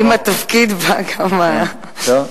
עם התפקיד בא גם, כן.